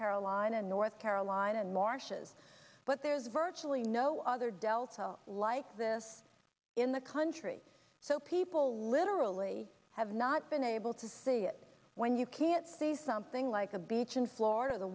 carolina north carolina and marshes but there's virtually no other dell cell like this in the country so people literally have not been able to see it when you can't see something like a beach in florida the